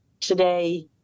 today